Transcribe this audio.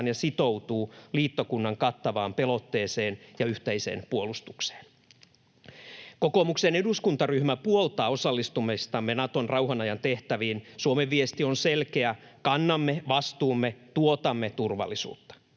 ja sitoutuu liittokunnan kattavaan pelotteeseen ja yhteiseen puolustukseen. Kokoomuksen eduskuntaryhmä puoltaa osallistumistamme Naton rauhanajan tehtäviin. Suomen viesti on selkeä: kannamme vastuumme, tuotamme turvallisuutta.